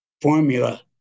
formula